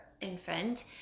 infant